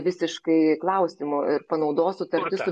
visiškai klausimu ir panaudos sutartis su